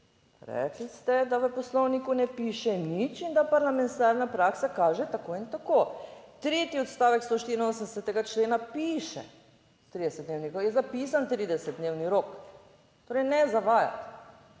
da v Poslovniku ne piše nič in da parlamentarna praksa kaže tako in tako. Tretji odstavek 184. člena piše, 30 dnevni rok, je zapisan 30 dnevni rok. Torej, ne zavajati.